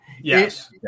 Yes